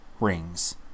rings